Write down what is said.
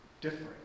different